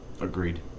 Agreed